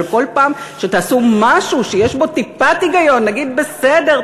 כל פעם שתעשו משהו שיש בו טיפת היגיון נגיד: בסדר,